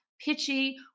pitchy